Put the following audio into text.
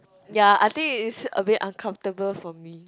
ya I think it is a very uncomfortable for me